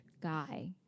guy